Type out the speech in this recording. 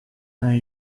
and